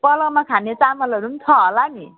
पलाऊमा खाने चामलहरू पनि छ हला नि